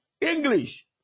English